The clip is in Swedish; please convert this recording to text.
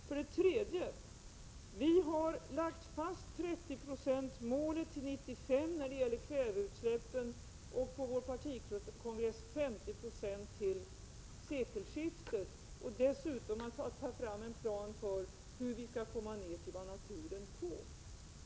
För det tredje: Vi har lagt fast 30-procentsmålet till 1995 när det gäller kväveutsläppen, och på vår partikongress 50-procentsmålet till sekelskiftet. Dessutom skall vi ta fram en plan för hur vi skall komma ner till vad naturen tål.